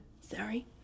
sorry